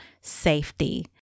safety